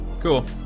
Cool